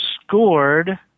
scored